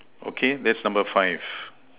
okay that's number five